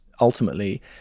ultimately